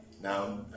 Now